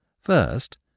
First